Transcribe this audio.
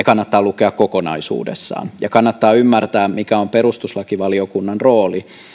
kannattaa lukea kokonaisuudessaan ja kannattaa ymmärtää mikä on perustuslakivaliokunnan rooli